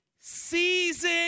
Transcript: season